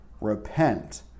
repent